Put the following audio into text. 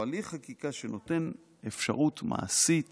או הליך חקיקה שנותן אפשרות מעשית